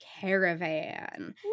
Caravan